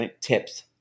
tips